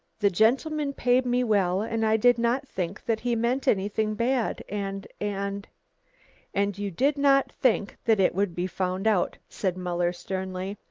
the gentleman paid me well, and i did not think that he meant anything bad, and and and you did not think that it would be found out? said muller sternly.